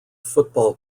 football